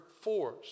force